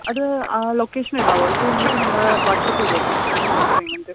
അത് ലൊക്കേഷനിടാവോ ഇട്ട് കഴിഞ്ഞിട്ട് ഞങ്ങൾ വാട്സപ്പ് ചെയ്തേക്കാം അതിൻ്റെ കറക്റ്റ് പേയ്മെൻ്റ്